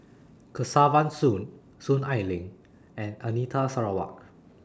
Kesavan Soon Soon Ai Ling and Anita Sarawak